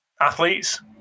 athletes